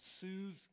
soothe